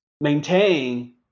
maintain